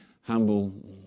humble